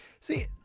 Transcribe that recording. See